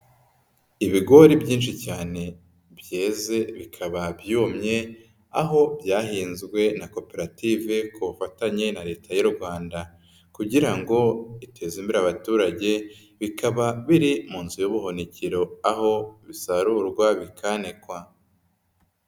Ibigori byinshi cyane byeze bikaba byumye, aho byahinzwe na koperative ku bufatanye na Leta y'u Rwanda kugira ngo iteza imbere abaturage, bikaba biri mu nzu y'ubuhunikiro aho bisarurwa bikanikwa.